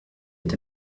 est